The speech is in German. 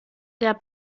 der